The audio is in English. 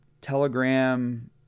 Telegram